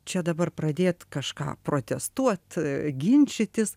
čia dabar pradėt kažką protestuot ginčytis